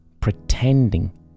pretending